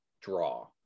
draw